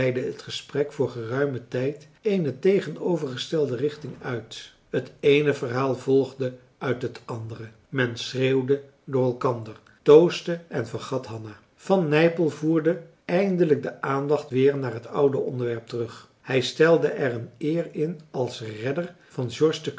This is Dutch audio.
het gesprek voor geruimen tijd eene tegenovergestelde richting uit het eene verhaal volgde uit het andere men schreeuwde door elkander toaste en vergat hanna van nypel voerde eindelijk de aandacht weer naar het oude onderwerp terug hij stelde er een eer in als redder van